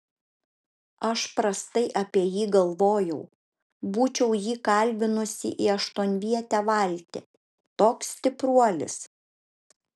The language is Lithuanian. aš prastai apie jį galvojau būčiau jį kalbinusi į aštuonvietę valtį toks stipruolis